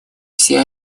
все